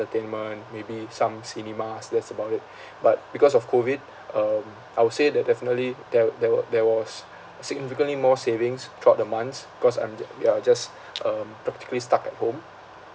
entertainment maybe some cinemas that's about it but because of COVID um I would say that definitely there there were there was significantly more savings throughout the months cause I'm ju~ we are just um practically stuck at home